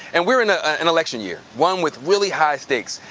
and we're in ah an election year, one with really high stakes.